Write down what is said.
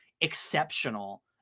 exceptional